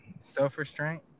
self-restraint